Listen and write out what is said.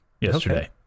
yesterday